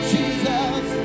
Jesus